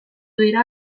dira